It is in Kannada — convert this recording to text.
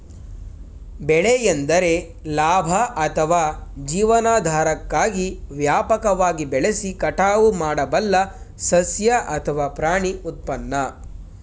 ಬೆಳೆ ಎಂದರೆ ಲಾಭ ಅಥವಾ ಜೀವನಾಧಾರಕ್ಕಾಗಿ ವ್ಯಾಪಕವಾಗಿ ಬೆಳೆಸಿ ಕಟಾವು ಮಾಡಬಲ್ಲ ಸಸ್ಯ ಅಥವಾ ಪ್ರಾಣಿ ಉತ್ಪನ್ನ